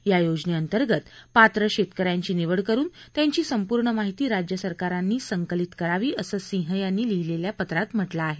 या योजनेअंतर्गत पात्र शेतकऱ्यांची निवड करुन त्यांची संपूर्ण माहिती राज्य सरकारांनी संकलित करावी असं सिंह यांनी लिहिलेल्या पत्रात म्हटलं आहे